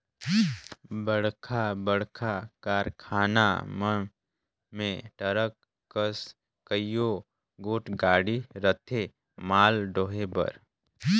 बड़खा बड़खा कारखाना मन में टरक कस कइयो गोट गाड़ी रहथें माल डोहे बर